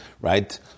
Right